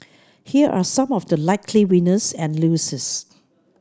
here are some of the likely winners and losers